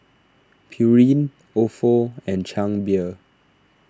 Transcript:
Pureen Ofo and Chang Beer